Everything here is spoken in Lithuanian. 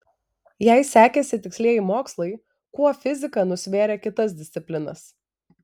jei sekėsi tikslieji mokslai kuo fizika nusvėrė kitas disciplinas